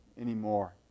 anymore